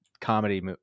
comedy